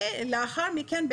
לאחר מכן,